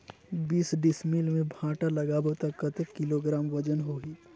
बीस डिसमिल मे भांटा लगाबो ता कतेक किलोग्राम वजन होही?